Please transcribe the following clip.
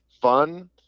fun